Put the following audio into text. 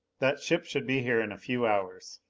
that ship should be here in a few hours.